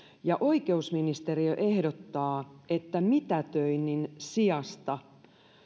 ja oikeusministeriö ehdottaa että mitätöinnin sijasta